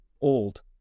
old